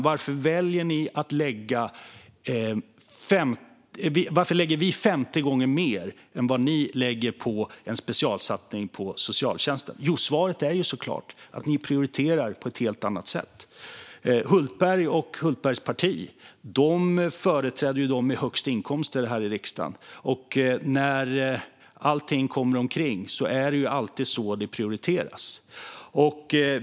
Varför lägger vi 50 gånger mer än vad ni lägger på en specialsatsning på socialtjänsten? Svaret är såklart att ni prioriterar på ett helt annat sätt. Hultberg och Hultbergs parti företräder här i riksdagen dem med högst inkomster. När allt kommer omkring är det alltid så det prioriteras.